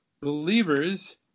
believers